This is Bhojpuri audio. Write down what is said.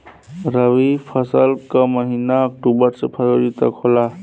रवी फसल क महिना अक्टूबर से फरवरी तक होला